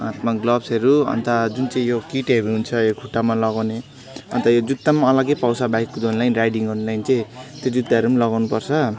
हातमा ग्लोभ्सहरू अन्त जुन चाहिँ यो किटहरू हुन्छ यो खुट्टामा लगाउने अन्त यो जुत्ता पनि अलग्गै पाउँछ बाइक कुदाउने राइडिङ गर्नुको लागि चाहिँ त्यो जुत्ताहरू पनि लगाउनु पर्छ